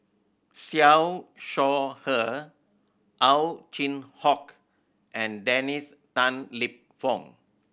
Siew Shaw Her Ow Chin Hock and Dennis Tan Lip Fong